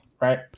right